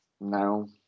No